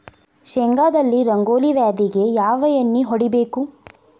ಶೇಂಗಾದಲ್ಲಿ ರಂಗೋಲಿ ವ್ಯಾಧಿಗೆ ಯಾವ ಎಣ್ಣಿ ಹೊಡಿಬೇಕು?